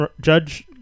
Judge